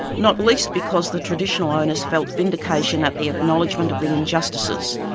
not least because the traditional owners felt vindication at the acknowledgment of the injustices,